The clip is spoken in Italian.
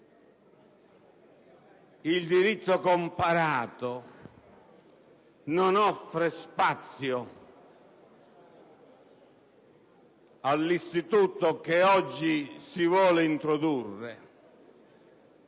Il diritto comparato non offre spazio all'istituto che oggi si vuole introdurre.